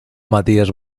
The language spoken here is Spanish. matías